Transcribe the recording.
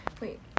Wait